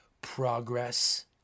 progress